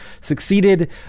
succeeded